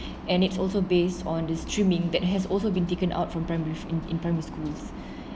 and it's also based on the streaming that has also been taken out from primary in in primary schools